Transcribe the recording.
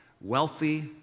wealthy